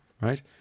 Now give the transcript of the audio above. right